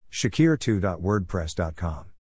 Shakir2.wordpress.com